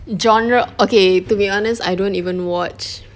genre okay to be honest I don't even watch